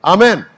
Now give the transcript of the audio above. Amen